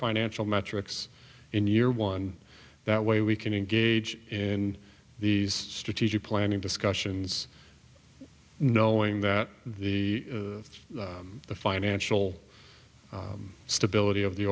financial metrics in year one that way we can engage in these strategic planning discussions knowing that the the financial stability of the